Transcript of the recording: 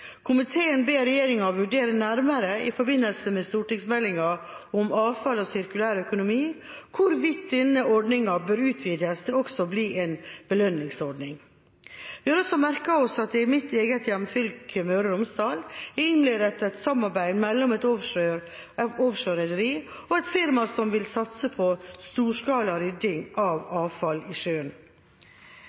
Komiteen ber regjeringa vurdere nærmere, i forbindelse med stortingsmeldinga om avfall og sirkulær økonomi, hvorvidt denne ordningen bør utvides til også å bli en belønningsordning. Vi har også merket oss at det i mitt eget hjemfylke, Møre og Romsdal, er innledet et samarbeid mellom et offshorerederi og et firma som vil satse på storskala rydding av avfall i sjøen.